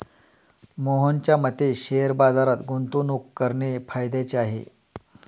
मोहनच्या मते शेअर बाजारात गुंतवणूक करणे फायद्याचे आहे